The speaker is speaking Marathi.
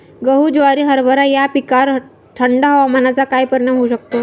गहू, ज्वारी, हरभरा या पिकांवर थंड हवामानाचा काय परिणाम होऊ शकतो?